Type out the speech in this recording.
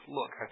Look